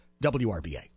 WRBA